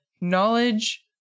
knowledge